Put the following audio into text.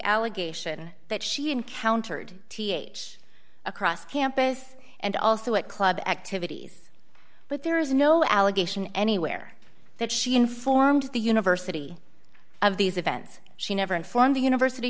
allegation that she encountered th across campus and also at club activities but there is no allegation anywhere that she informed the university of these events she never informed the university